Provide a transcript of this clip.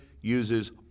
uses